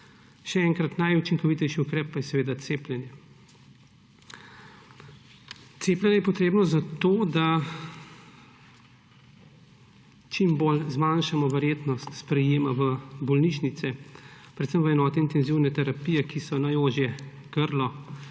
Še enkrat, najučinkovitejši ukrep pa je cepljenje. Cepljenje je potrebno zato, da čim bolj zmanjšamo verjetnost sprejema v bolnišnice, predvsem v enote intenzivne terapije, ki so najožje grlo naše